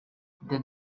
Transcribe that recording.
then